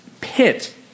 pit